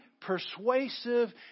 persuasive